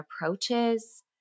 approaches